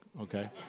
okay